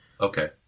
Okay